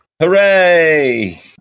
Hooray